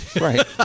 Right